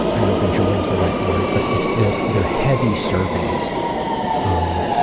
i don't know if enjoy is the right word, but this this the heavy surveys um,